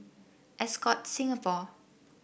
Ascott Singapore